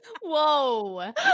Whoa